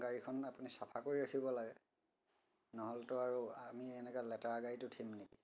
গাড়ীখন আপুনি চাফা কৰি ৰাখিব লাগে নহ'লেতো আৰু আমি এনেকুৱা লেতেৰা গাড়ীত উঠিম নেকি